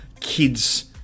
kids